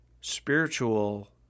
Spiritual